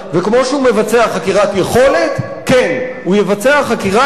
וכמו שהוא מבצע חקירת יכולת, כן, הוא יבצע חקירת